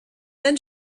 then